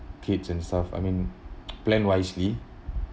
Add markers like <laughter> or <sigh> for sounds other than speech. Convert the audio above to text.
kids and stuff I mean <noise> plan wisely